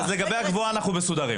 אם כן, לגבי הקבועה אנחנו מסודרים.